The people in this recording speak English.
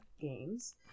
games